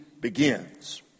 begins